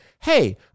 hey